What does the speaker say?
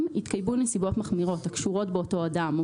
התקיימו נסיבות מחמירות הקשורות באותו אדם או